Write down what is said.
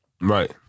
Right